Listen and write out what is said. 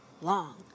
long